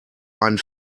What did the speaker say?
einen